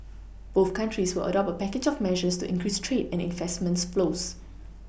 both countries will adopt a package of measures to increase trade and investment flows